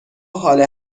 حال